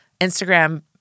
Instagram